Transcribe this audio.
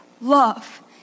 love